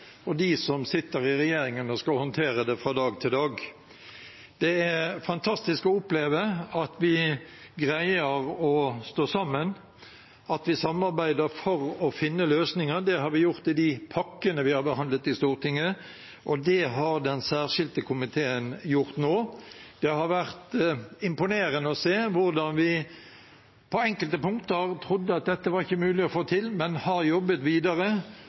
og dem som sitter i regjeringen og skal håndtere det fra dag til dag. Det er fantastisk å oppleve at vi greier å stå sammen, at vi samarbeider for å finne løsninger. Det har vi gjort i de pakkene vi har behandlet i Stortinget, og det har den særskilte komiteen gjort nå. Det har vært imponerende å se hvordan vi på enkelte punkter trodde at dette ikke var mulig å få til, men har jobbet videre